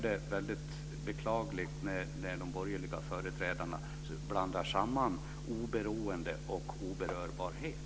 Det är beklagligt när de borgerliga företrädarna blandar samman oberoende och oberörbarhet.